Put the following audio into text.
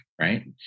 Right